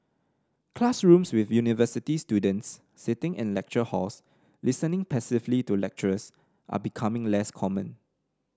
classrooms with university students sitting in lecture halls listening passively to lecturers are becoming less common